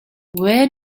where